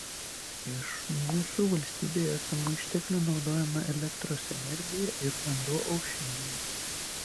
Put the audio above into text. iš mūsų valstybėje esamų išteklių naudojama elektros energija ir vanduo aušinimui